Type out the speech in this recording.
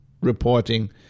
reporting